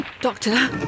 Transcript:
Doctor